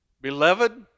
Beloved